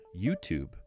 YouTube